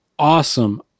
Awesome